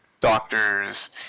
doctors